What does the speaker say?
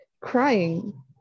crying